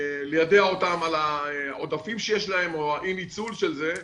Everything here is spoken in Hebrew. ליידע אותם על העודפים שיש להם או על אי הניצול של זה.